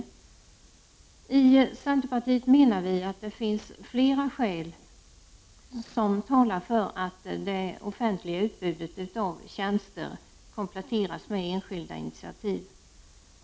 Vi i centerpartiet menar att det finns flera skäl som talar för att det offentliga utbudet av tjänster kompletteras med enskilda initiativ.